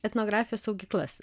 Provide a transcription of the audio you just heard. etnografijos saugyklas